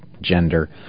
gender